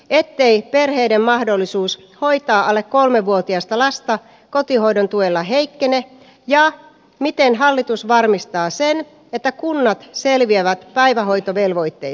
ettei perheiden mahdollisuus vaihtaa alle kolmevuotiasta lasta kotihoidon tuella heikkenee ja miten hallitus varmistaa se ei takuulla selviävät päivähoitovelvoite